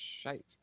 shite